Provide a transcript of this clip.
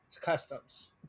customs